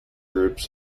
groups